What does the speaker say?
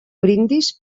brindis